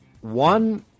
One